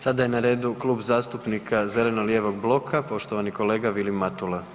Sada je na redu Klub zastupnika zeleno-lijevog bloka, poštovani kolega Vili Matula.